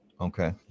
Okay